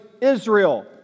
Israel